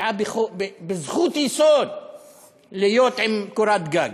זו זכות יסוד להיות עם קורת גג.